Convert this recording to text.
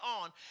on